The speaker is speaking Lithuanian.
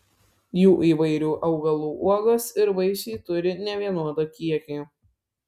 jų įvairių augalų uogos ir vaisiai turi nevienodą kiekį